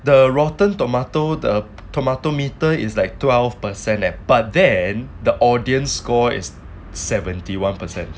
the rotten tomato the tomato meter is like twelve percent at leh but then the audience score is seventy one percent